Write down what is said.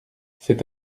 c’est